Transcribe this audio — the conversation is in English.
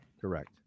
correct